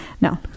No